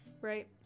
Right